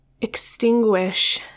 extinguish